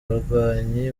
barwanyi